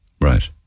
Right